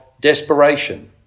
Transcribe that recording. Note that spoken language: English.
desperation